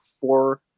four